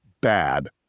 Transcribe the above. bad